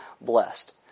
blessed